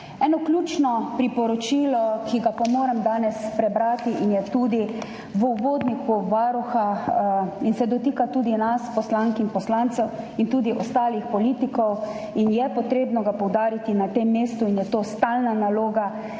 Eno ključno priporočilo, ki ga moram danes prebrati in je tudi v uvodniku Varuha in se dotika tudi nas poslank in poslancev in tudi ostalih politikov in ga je potrebno poudariti na tem mestu in je to stalna naloga,